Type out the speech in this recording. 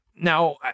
Now